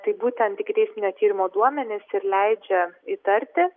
tai būtent ikiteisminio tyrimo duomenys ir leidžia įtarti